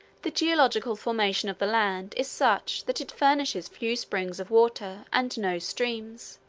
the geological formation of the land is such that it furnishes few springs of water, and no streams,